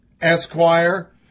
Esquire